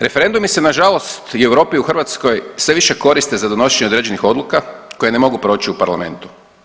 Referendumi se nažalost i u Europi i u Hrvatskoj sve više koriste za donošenje određenih odluka koje ne mogu proći u parlamentu.